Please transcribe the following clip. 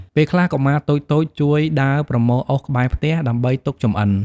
ពេលខ្លះកុមារតូចៗជួយដើរប្រមូលអុសក្បែរផ្ទះ ដើម្បីទុកចម្អិន។